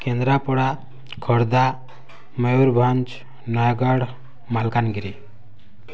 Kendrapara Khordha Mayurbhanj Nayagarh Malkangiri